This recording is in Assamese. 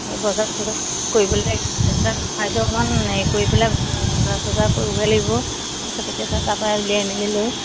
এই বজাৰ চজাৰ কৰিবলে অকমান হেৰি কৰি পেলাই বজাৰ চজাৰ কৰিবগে লাগিব তাৰপিছত এটা তাৰপা উলিয়াই মেলি লৈ